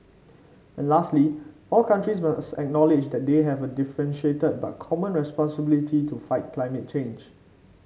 and lastly all countries must acknowledge that they have a differentiated but common responsibility to fight climate change